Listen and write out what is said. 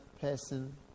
person